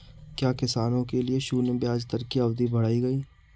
क्या किसानों के लिए शून्य ब्याज दर की अवधि बढ़ाई गई?